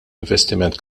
investiment